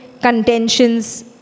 contentions